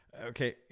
Okay